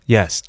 Yes